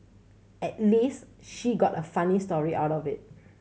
at least she got a funny story out of it